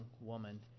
woman